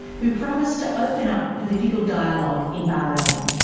who promised to open up political dialogue in bahrain.